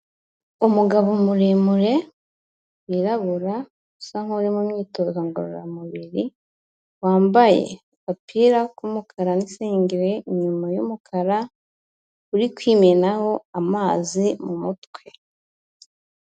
Umugabo muremure wirabura, usa nk'uri mu myitozo ngororamubiri, wambaye agapira k'umukara n'isengeri inyuma y'umukara, uri kwimenaho amazi mu mutwe.